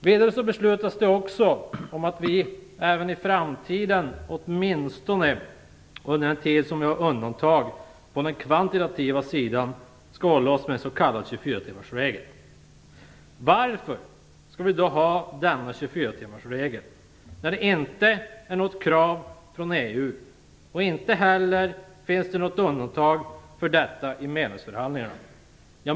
Vidare beslutades om att vi även i framtiden, åtminstone under den tid som vi har undantag på den kvantitativa sidan, skall hålla oss med en s.k. 24 timmarsregel. Varför skall vi då ha denna regel, när detta inte är något krav från EU och det inte heller finns något undantag för detta i medlemsförhandlingarna?